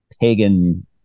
pagan